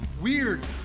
weird